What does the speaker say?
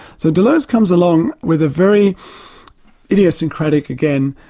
so deleuze comes along with a very idiosyncratic, again,